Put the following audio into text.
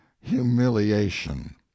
humiliation